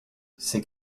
ces